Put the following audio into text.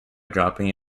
dropping